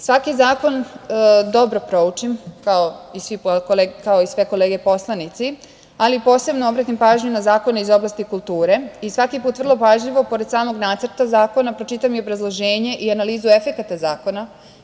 Svaki zakon dobro proučim, kao i sve kolege poslanici, ali posebno obratim pažnju na zakone iz oblasti kulture i svaki put vrlo pažljivo, pored samog nacrta zakona, pročitam i obrazloženje i analizu efekata zakona.